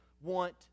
want